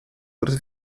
wrth